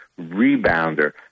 rebounder